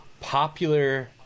popular